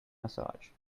massage